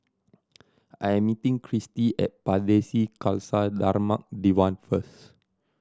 I am meeting Cristy at Pardesi Khalsa Dharmak Diwan first